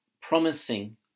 promising